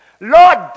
Lord